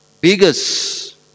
biggest